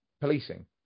policing